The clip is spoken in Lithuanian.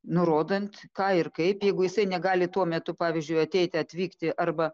nurodant ką ir kaip jeigu jisai negali tuo metu pavyzdžiui ateiti atvykti arba